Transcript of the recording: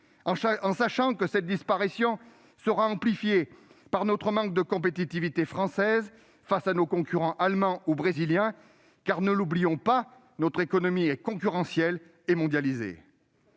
sachant que cette disparition sera amplifiée par le manque de compétitivité française face à nos concurrents allemands ou brésiliens. Ne l'oublions pas, en effet, notre économie est concurrentielle et mondialisée.